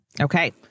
Okay